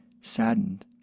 saddened